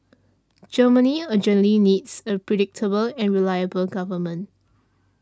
Germany urgently needs a predictable and reliable government